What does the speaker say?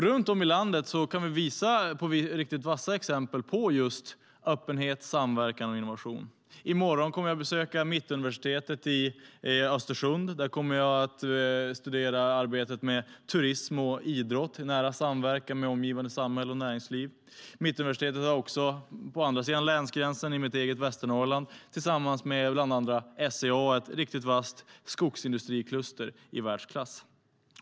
Runt om i landet kan vi visa på riktigt vassa exempel på just öppenhet, samverkan och innovation. I morgon kommer jag att besöka Mittuniversitetet i Östersund. Där kommer jag att studera arbetet med turism och idrott i nära samverkan med omgivande samhälle och näringsliv. Mittuniversitetet har också på andra sidan länsgränsen i mitt eget Västernorrland tillsammans med bland andra SCA ett riktigt vasst skogsindustrikluster i världsklass.